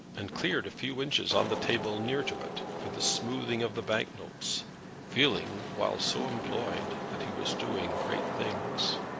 and cleared a few inches on the table near to it, for the smoothing of the bank-notes feeling, while so employed, that he was doing great things.